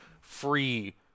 free